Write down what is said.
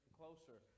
closer